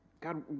God